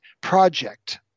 project